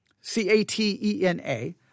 C-A-T-E-N-A